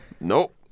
Nope